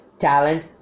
talent